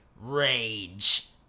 Rage